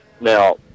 Now